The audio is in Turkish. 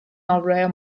avroya